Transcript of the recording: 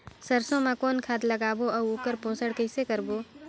सरसो मा कौन खाद लगाबो अउ ओकर पोषण कइसे करबो?